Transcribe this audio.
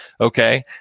okay